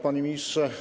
Panie Ministrze!